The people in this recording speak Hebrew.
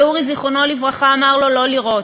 ואורי, זיכרונו לברכה, אמר לו לא לירות.